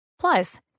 Plus